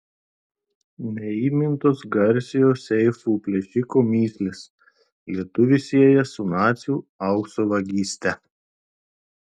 neįmintos garsiojo seifų plėšiko mįslės lietuvį sieja su nacių aukso vagyste